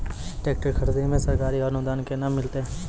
Tractor खरीदै मे सरकारी अनुदान केना मिलतै?